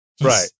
Right